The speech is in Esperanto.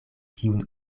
kiun